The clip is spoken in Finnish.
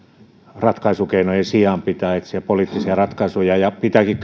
ratkaisukeinojen sijaan pitää etsiä poliittisia ratkaisuja ja pitääkin